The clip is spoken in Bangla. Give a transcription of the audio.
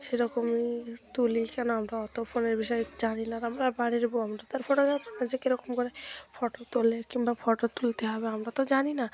সেরকমই তুলি কেন আমরা অত ফোনের বিষয়ে জানি না আমরা বাড়ির বউ আমরা তো আর ফটোগ্রাফার না যে কীরকম করে ফটো তোলে কিংবা ফটো তুলতে হবে আমরা তো জানি না